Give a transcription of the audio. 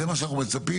זה מה שאנחנו מצפים.